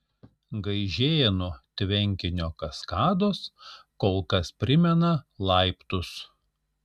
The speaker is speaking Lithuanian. gaižėnų tvenkinio kaskados kol kas primena laiptus